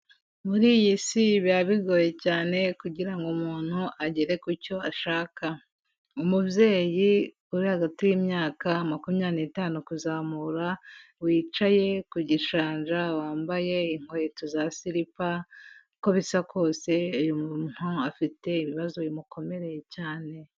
Muri iyi si biba bigoye cyane kugira ngo umuntu agere ku cyo ashaka. Umubyeyi uri hagati y'imyaka makumyabiri n'itanu kuzamura, wicaye ku gishanja, wambaye inkweto za slipper, uko bisa kose uyu muntu afite ibibazo bimukomereye cyane.